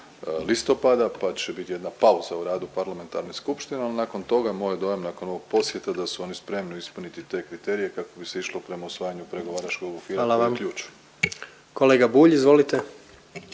listopada pa će biti jedna pauza u radu parlamentarne skupštine, ali nakon toga moj je dojam nakon ovog posjeta da su oni spremni ispuniti te kriterije kako bi se išlo prema usvajanju pregovaračkog okvira … …/Upadica predsjednik: